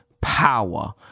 power